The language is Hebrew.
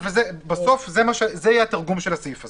בסוף זה יהיה התרגום של הסעיף הזה.